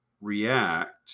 react